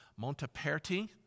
Monteperti